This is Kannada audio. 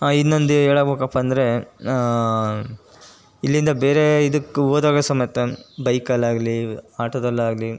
ಇನ್ನೊಂದು ಹೇಳ್ಬೇಕಪ್ಪ ಅಂದರೆ ಇಲ್ಲಿಂದ ಬೇರೆ ಇದಕ್ಕೆ ಹೋದಾಗ ಸಮೇತ ಬೈಕಲ್ಲಾಗಲಿ ಆಟೋದಲ್ಲಾಗಲಿ